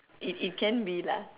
it it can be lah